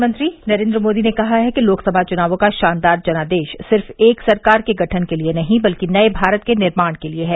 प्रधानमंत्री नरेंद्र मोदी ने कहा है कि लोकसभा चुनावों का शानदार जनादेश सिर्फ एक सरकार के गठन के लिए नहीं बल्कि नए भारत के निर्माण के लिए है